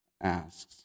asks